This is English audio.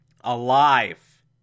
Alive